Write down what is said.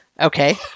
Okay